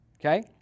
okay